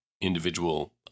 individual